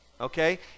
okay